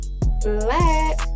Black